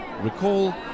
recall